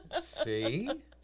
See